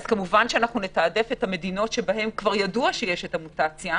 כמובן שאנחנו נתעדף מדינות שבהן כבר ידוע שיש את המוטציה.